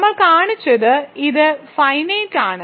നമ്മൾ കാണിച്ചത് ഇത് ഫൈനൈറ്റ് ആണ്